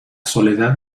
soledad